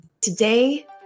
Today